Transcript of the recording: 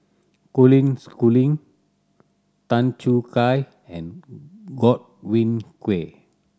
Colin Schooling Tan Choo Kai and Godwin Koay